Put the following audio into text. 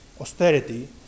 austerity